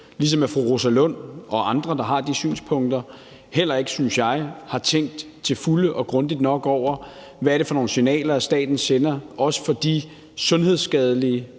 ligesom fru Rosa Lund og andre, der har de synspunkter, heller ikke, synes jeg, har tænkt til fulde og grundigt nok over, hvad det er for nogle signaler, staten sender, også om de sundhedsskadelige